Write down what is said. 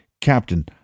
Captain